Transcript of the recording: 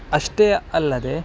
ಅಷ್ಟೇ ಅಲ್ಲದೆ